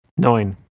neun